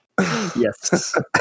yes